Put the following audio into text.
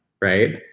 Right